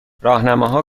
راهنماها